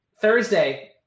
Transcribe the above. Thursday